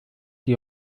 die